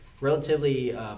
relatively